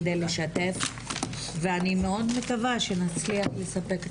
כדי לשתף ואני מאוד מקווה שנצליח לספק תשובות,